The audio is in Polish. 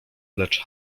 lecz